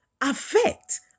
affect